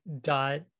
dot